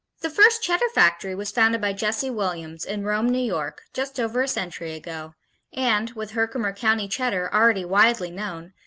the first cheddar factory was founded by jesse williams in rome, new york, just over a century ago and, with herkimer county cheddar already widely known,